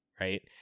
right